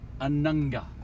Anunga